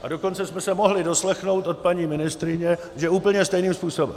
A dokonce jsme se mohli doslechnout od paní ministryně, že úplně stejným způsobem.